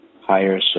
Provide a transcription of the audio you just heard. higher